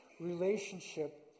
relationship